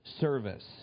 service